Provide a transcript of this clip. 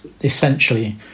essentially